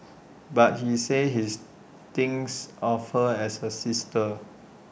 but he says his thinks of her as A sister